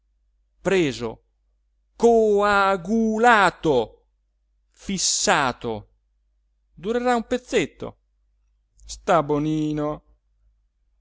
preso co-a-gu-la-to fissato durerà un pezzetto sta bonino